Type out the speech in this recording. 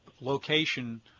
location